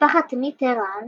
למשפחת מיטראן